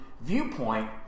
viewpoint